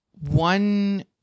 one